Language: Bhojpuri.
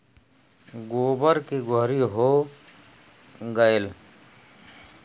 गोबर के गोहरी हो गएल